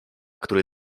który